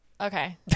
Okay